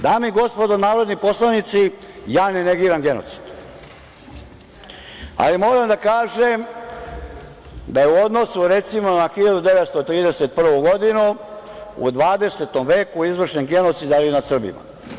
Dame i gospodo narodni poslanici, ja ne negiram genocid, ali moram da kažem da je u odnosu, recimo, na 1931. godinu, u 20. veku izvršen genocid, ali nad Srbima.